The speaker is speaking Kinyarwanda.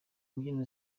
mbyino